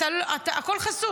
הכול חסום.